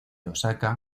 osaka